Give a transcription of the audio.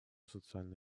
социально